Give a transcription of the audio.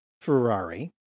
Ferrari